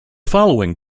following